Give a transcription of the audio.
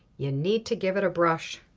you need to give it a brush.